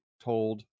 told